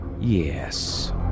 Yes